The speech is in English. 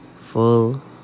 full